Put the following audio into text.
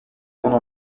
grande